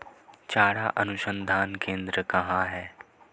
चारा अनुसंधान केंद्र कहाँ है?